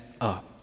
up